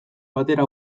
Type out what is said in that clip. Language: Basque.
batera